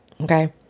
okay